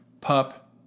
Pup